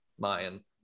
Mayan